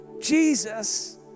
Jesus